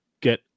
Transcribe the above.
get